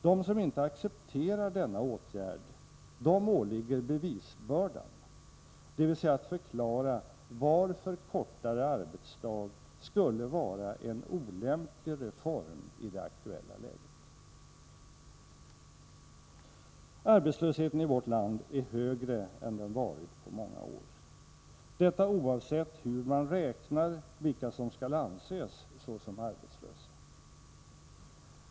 Dem som inte accepterar denna åtgärd åligger bevisbördan, dvs. att förklara varför kortare arbetsdag skulle vara en olämplig reform i det aktuella läget. Arbetslösheten i vårt land är högre än den varit på många år — detta oavsett hur man räknar ut vilka som skall anses såsom arbetslösa.